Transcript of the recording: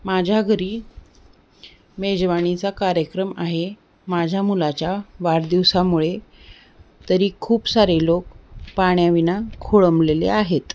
माझ्या घरी मेजवानीचा कार्यक्रम आहे माझ्या मुलाच्या वाढदिवसामुळे तरी खूप सारे लोक पाण्याविना खोळंबलेले आहेत